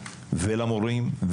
למורים,